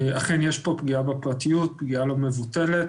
אכן, יש פה פגיעה בפרטיות, פגיעה לא מבוטלת,